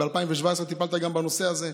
ב-2017 טיפלת גם בנושא הזה.